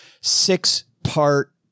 six-part